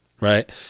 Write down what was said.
right